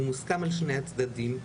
ומוסכם על שני הצדדים.